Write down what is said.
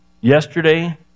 yesterday